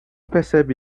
percebe